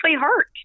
hurt